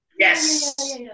Yes